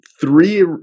three